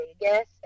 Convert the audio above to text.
Vegas